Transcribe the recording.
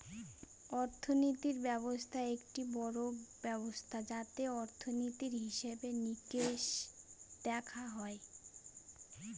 অর্থনীতি ব্যবস্থা একটি বড়ো ব্যবস্থা যাতে অর্থনীতির, হিসেবে নিকেশ দেখা হয়